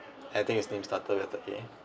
I think his name started with A